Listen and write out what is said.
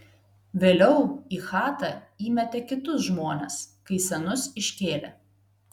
vėliau į chatą įmetė kitus žmones kai senus iškėlė